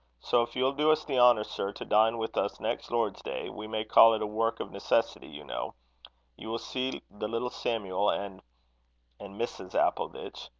so, if you'll do us the honour, sir, to dine with us next lord's day we may call it a work of necessity, you know you will see the little samuel, and and mrs. appleditch.